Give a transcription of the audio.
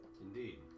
Indeed